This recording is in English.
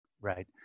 Right